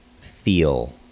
feel